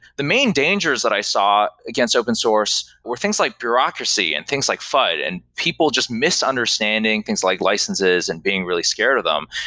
the main dangers that i saw against open source were things like bureaucracy and things like fud and people just misunderstanding things like licenses and being really scared of them.